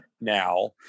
now